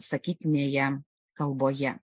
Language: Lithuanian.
sakytinėje kalboje